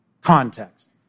context